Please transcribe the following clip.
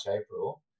April